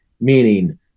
meaning